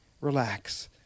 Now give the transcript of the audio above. relax